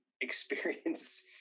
experience